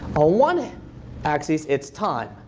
ah one and axis it's time.